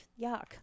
yuck